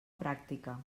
pràctica